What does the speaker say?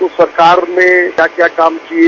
उस सरकार ने क्या क्या काम किये